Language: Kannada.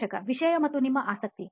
ಸಂದರ್ಶಕ ವಿಷಯ ಮತ್ತು ನಿಮ್ಮ ಆಸಕ್ತಿ